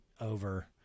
over